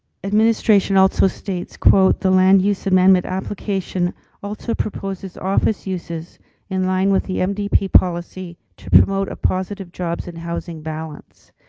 administration also states the land use amendment application also proposes office uses in line with the mdp policy to promote a positive jobs and housing balance.